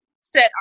set